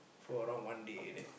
for around one day like that